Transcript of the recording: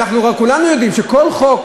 כולנו יודעים שכל חוק